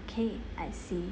okay I see